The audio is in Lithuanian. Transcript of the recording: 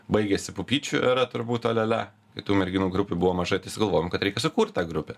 baigėsi pupyčių era turbūt olialia kitų merginų grupių buvo mažai tai sugalvojom kad reikia sukurt tą grupę